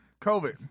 COVID